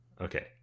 Okay